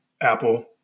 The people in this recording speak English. Apple